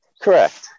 Correct